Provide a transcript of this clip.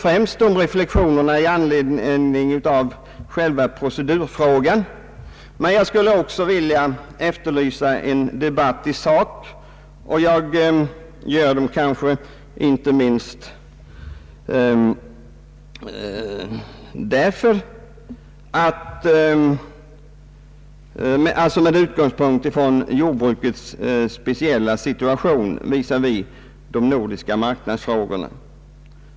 Reflexionerna gäller i första hand själva procedurfrågan, men jag vill också efterlysa en debatt i sak, och jag gör det kanske inte minst med utgångspunkt från jordbrukets speciella situation visavi de nordiska marknadsfrågorna.